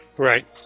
Right